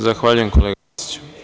Zahvaljujem kolega Arsiću.